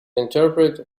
interpret